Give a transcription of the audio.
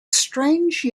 strange